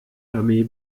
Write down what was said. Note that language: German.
armee